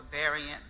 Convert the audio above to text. variant